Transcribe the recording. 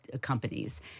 companies